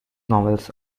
novels